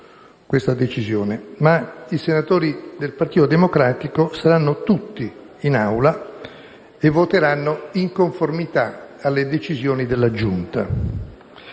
Ma i senatori del Partito Democratico saranno tutti in Aula e voteranno in conformità alle decisioni della Giunta.